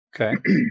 Okay